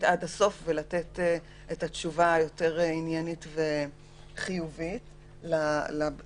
עד הסוף ולתת את התשובה היותר עניינית וחיובית לבקשה,